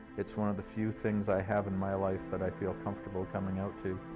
it's one of the few things i have in my life that i feel comfortable coming out to.